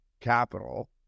capital